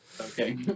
Okay